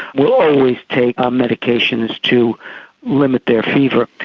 will always take um medications to limit their fever.